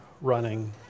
running